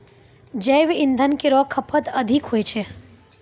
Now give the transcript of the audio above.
जैव इंधन केरो खपत अधिक होय छै